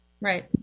Right